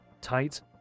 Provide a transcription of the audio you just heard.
tight